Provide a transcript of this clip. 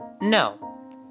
No